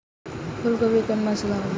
ফুলকপি কোন মাসে লাগাবো?